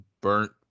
burnt